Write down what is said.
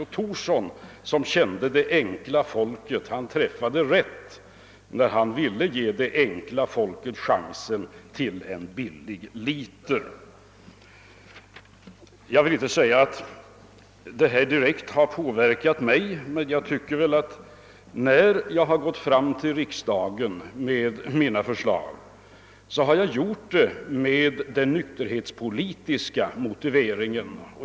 Thorsson, som kände det enkla folket, träffade rätt när han ville ge medborgarna chansen till en billig liter per månad. Jag vill inte göra gällande att detta resonemang direkt har påverkat mig. När jag framlagt mina förslag till riksdagen har jag gjort det med en nykterhetspolitisk motivering.